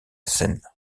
seine